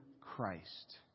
Christ